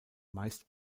meist